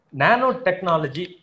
nanotechnology